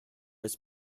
his